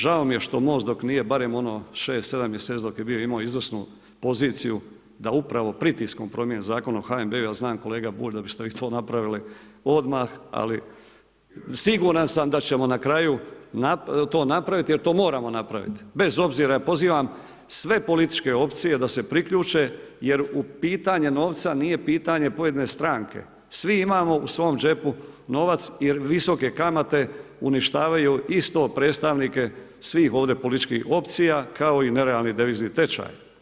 Žao mi je što MOST dok nije barem ono 6, 7 mjeseci dok je imao izvrsnu poziciju da upravo pritiskom promijeni Zakon o HNB-a, jer znam kolega Bulj da biste vi to napravili odmah, ali siguran sam da ćemo na kraju to napraviti jer to moramo napraviti, bez obzira, pozivam sve političke opcije da se priključe jer pitanje novca nije pitanje pojedine stranke, svi imamo u svom džepu novac jer visoke kamate uništavaju isto predstavnike svih ovdje političkih opcija kao i nerealni devizni tečaj.